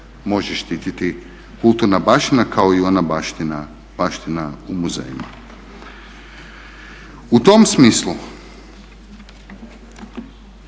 može štititi kulturna baština kao i ona baština u muzejima. U tom smislu